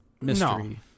mystery